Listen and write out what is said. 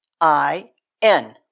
I-N